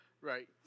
Right